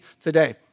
today